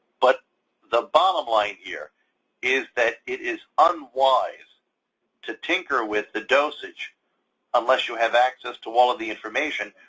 but the bottom line here is that it is unwise to tinker with the dosage unless you have access to all of the information,